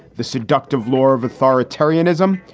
the seductive law of authoritarianism,